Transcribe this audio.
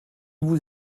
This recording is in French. vous